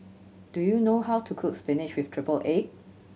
do you know how to cook spinach with triple egg